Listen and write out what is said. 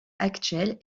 actuelle